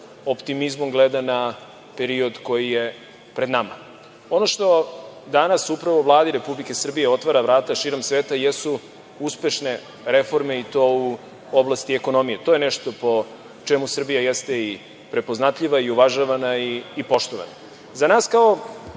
optimizmom gleda na period koji je pred nama. Ono što danas upravo Vladi Republike Srbije otvara vrata širom sveta jesu uspešne reforme i to u oblasti ekonomije. To je nešto po čemu Srbija jeste i prepoznatljiva i uvažavana i poštovana.Za nas kao